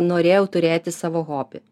norėjau turėti savo hobį